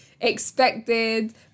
expected